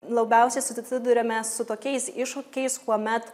labiausiai susiduriame su tokiais iššūkiais kuomet